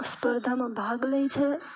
સ્પર્ધામાં ભાગ લે છે